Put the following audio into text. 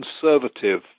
conservative